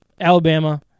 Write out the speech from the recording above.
alabama